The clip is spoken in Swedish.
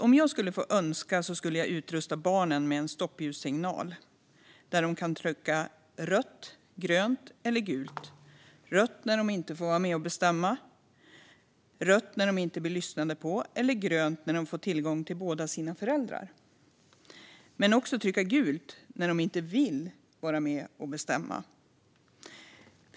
Om jag skulle få göra som jag önskar skulle jag utrusta barnen med en stoppljussignal där de kan trycka rött, grönt eller gult - rött när de inte får vara med och bestämma och inte blir lyssnade på eller grönt när de får tillgång till båda sina föräldrar men också gult när de inte vill vara med och bestämma.